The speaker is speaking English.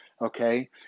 Okay